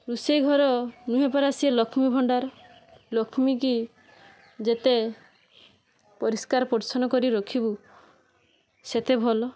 ରୁଷେଇ ଘର ନୁହେଁ ପରା ସିଏ ଲକ୍ଷ୍ମୀ ଭଣ୍ଡାର ଲକ୍ଷ୍ମୀକି ଯେତେ ପରିଷ୍କାର ପରିଚ୍ଛନ କରି ରଖିବୁ ସେତେ ଭଲ